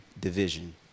division